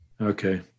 Okay